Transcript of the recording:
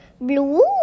blue